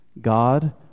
God